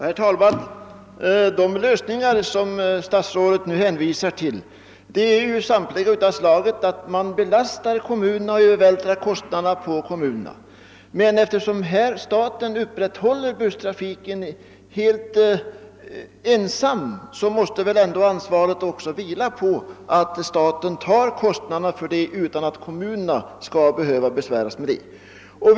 Herr talman! De lösningar som statsrådet nu hänvisar till är samtliga av det slaget att de belastar kommunerna med kostnadsövervältringar. Eftersom staten i detta fall upprätthåller busstrafiken helt ensam måste väl staten också ta på sig ansvaret för kostnaderna, så att kommunerna inte skall behöva besväras av dessa.